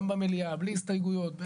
גם במליאה ללא הסתייגויות.